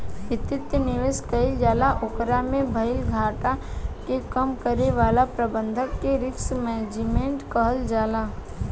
वित्तीय निवेश कईल जाला ओकरा में भईल घाटा के कम करे वाला प्रबंधन के रिस्क मैनजमेंट कहल जाला